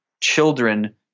children